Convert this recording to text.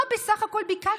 מה בסך הכול ביקשנו?